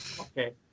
okay